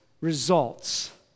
results